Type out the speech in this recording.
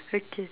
okay